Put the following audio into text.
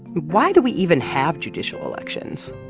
why do we even have judicial elections,